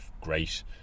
Great